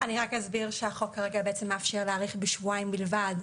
אני רק אסביר שהחוק כרגע בעצם מאפשר להאריך בשבועיים בלבד,